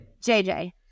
JJ